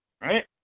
right